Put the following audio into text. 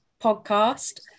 podcast